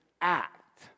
act